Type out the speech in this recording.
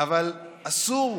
אבל אסור,